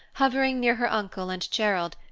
hovering near her uncle and gerald,